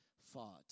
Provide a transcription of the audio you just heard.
fought